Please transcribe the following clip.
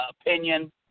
opinion